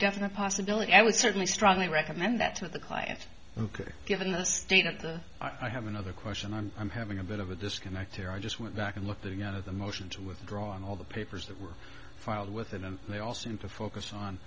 definite possibility i would certainly strongly recommend that to the client ok given the state of the i have another question i'm i'm having a bit of a disconnect there i just went back and looked the you know the motion to withdraw all the papers that were filed within and they all seem to focus on